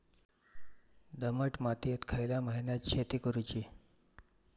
दमट मातयेत खयल्या महिन्यात शेती करुची?